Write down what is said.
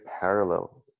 parallel